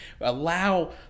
allow